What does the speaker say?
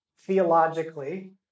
theologically